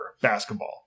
basketball